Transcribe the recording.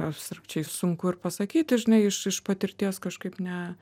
abstrakčiai sunku ir pasakyti žinai iš iš patirties kažkaip ne